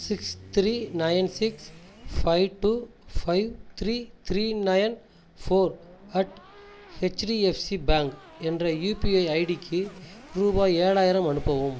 six three nine six five two five three three nine four at HDFC bank என்ற UPI ஐடிக்கு ரூபாய் ஏழாயிரம் அனுப்பவும்